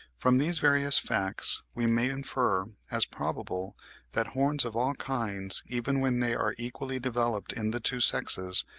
from these various facts we may infer as probable that horns of all kinds, even when they are equally developed in the two sexes,